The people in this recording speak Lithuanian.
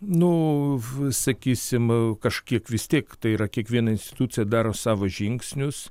nu sakysim kažkiek vis tiek tai yra kiekviena institucija daro savo žingsnius